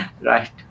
right